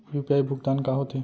UPI भुगतान का होथे?